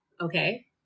Okay